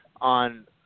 on